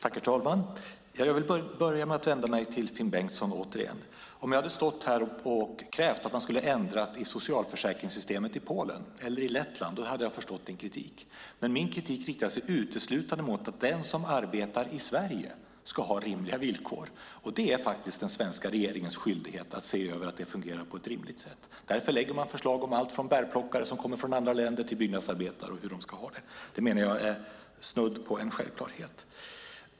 Herr talman! Jag vill börja med att vända mig till Finn Bengtsson återigen. Om jag hade krävt att man skulle ha ändrat i socialförsäkringssystemet i Polen eller i Lettland hade jag förstått din kritik. Men min kritik handlar uteslutande om att den som arbetar i Sverige ska ha rimliga villkor. Det är faktiskt den svenska regeringens skyldighet att se över att det fungerar på ett rimligt sätt. Därför lägger man förslag om allt från bärplockare som kommer från andra länder till byggnadsarbetare och hur de ska ha det. Det menar jag är snudd på en självklarhet.